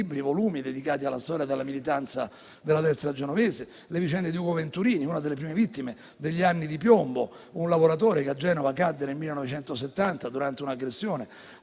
libri e volumi dedicati alla storia della militanza della destra genovese e alle vicende di Ugo Venturini, una delle prime vittime degli anni di piombo. Venturini era un lavoratore che a Genova cadde nel 1970, durante un'aggressione